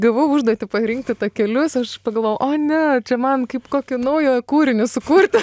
gavau užduotį parinkti takelius aš pagalvojau o ne čia man kaip kokį naują kūrinį sukurti